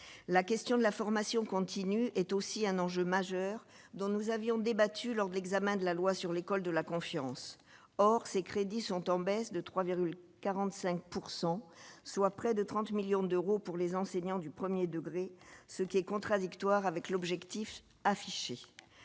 la question de la formation continue est aussi un enjeu majeur dont nous avions débattu lors de l'examen de la loi sur l'école de la confiance, or ces crédits sont en baisse de 3,45 pourcent, soit près de 30 millions d'euros pour les enseignants du 1er degré, ce qui est contradictoire avec l'objectif affiché